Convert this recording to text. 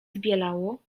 zbielało